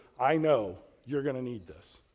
i know you're going to need this.